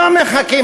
ולא מחכים.